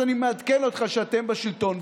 אז אני מעדכן אותך שאתם בשלטון.